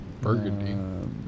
Burgundy